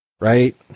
Right